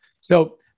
So-